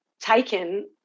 taken